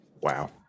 Wow